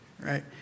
right